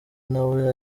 nawe